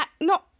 No